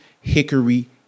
hickory